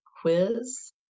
quiz